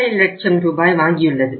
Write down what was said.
5 லட்ச ரூபாயை வாங்கியுள்ளது